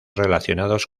relacionados